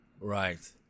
Right